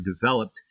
developed